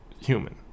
human